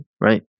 right